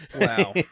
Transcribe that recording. Wow